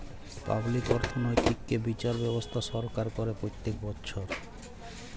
public অর্থনৈতিক্যে বিচার ব্যবস্থা সরকার করে প্রত্যক বচ্ছর